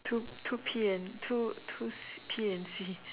two two P and two two P and C